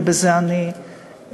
ובזה אני אסיים.